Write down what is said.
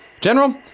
General